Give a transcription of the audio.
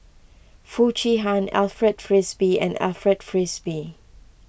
Foo Chee Han Alfred Frisby and Alfred Frisby